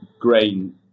grain